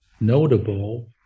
notable